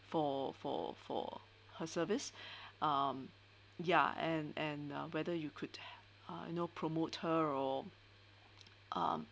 for for for her service um yeah and and uh whether you could uh you know promote her or um